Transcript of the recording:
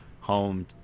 home